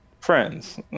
friends